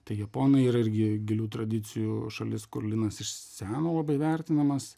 tai japonai ir irgi gilių tradicijų šalis kur linas iš seno labai vertinamas